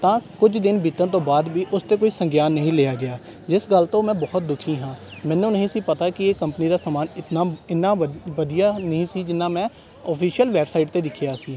ਤਾਂ ਕੁੱਝ ਦਿਨ ਬੀਤਣ ਤੋਂ ਬਾਅਦ ਵੀ ਉਸ 'ਤੇ ਕੋਈ ਸੰਗਿਆਨ ਨਹੀਂ ਲਿਆ ਗਿਆ ਜਿਸ ਗੱਲ ਤੋਂ ਮੈਂ ਬਹੁਤ ਦੁਖੀ ਹਾਂ ਮੈਨੂੰ ਨਹੀਂ ਸੀ ਪਤਾ ਕਿ ਇਹ ਕੰਪਨੀ ਦਾ ਸਮਾਨ ਇਤਨਾ ਇੰਨਾ ਵਧੀਆ ਨਹੀਂ ਸੀ ਜਿੰਨਾ ਮੈਂ ਔਫਿਸ਼ਅਲ ਵੈਬਸਾਈਟ 'ਤੇ ਦੇਖਿਆ ਸੀ